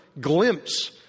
glimpse